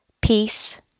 peace